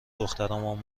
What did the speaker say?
دخترمان